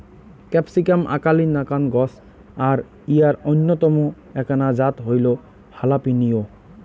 capsicum আকালির নাকান গছ আর ইঞার অইন্যতম এ্যাকনা জাত হইল হালাপিনিও